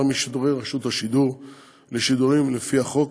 משידורי רשות השידור לשידורים לפי החוק,